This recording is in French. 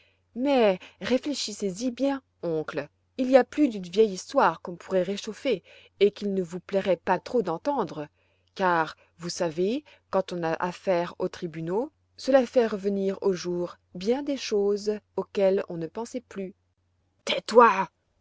mais réfléchissez y bien oncle il y a plus d'une vieille histoire qu'on pourrait réchauffer et qu'il ne vous plairait pas trop d'entendre car vous savez quand on a affaire aux tribunaux cela fait revenir au jour bien des choses auxquelles on ne pensait plus tais-toi